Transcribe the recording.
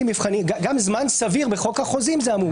מבחנים ספק סביר בחוק החוזים זה עמום.